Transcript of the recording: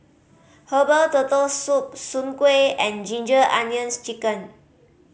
herbal Turtle Soup soon kway and Ginger Onions Chicken